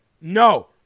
No